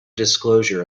disclosure